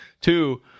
Two